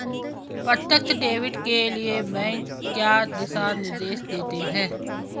प्रत्यक्ष डेबिट के लिए बैंक क्या दिशा निर्देश देते हैं?